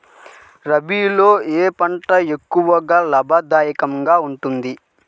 రబీలో ఏ పంట ఎక్కువ లాభదాయకంగా ఉంటుంది?